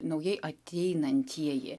naujai ateinantieji